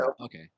Okay